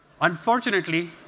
Unfortunately